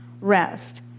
rest